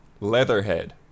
Leatherhead